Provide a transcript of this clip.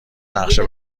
نقشه